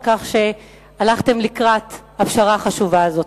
על כך שהלכתם לקראת הפשרה החשובה הזאת.